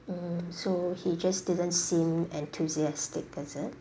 mm so he just didn't seem enthusiastic is it